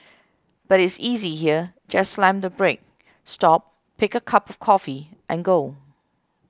but is easy here just slam the brake stop pick a cup of coffee and go